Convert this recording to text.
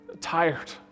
tired